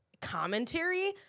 commentary